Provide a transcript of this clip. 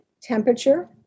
temperature